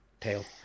tail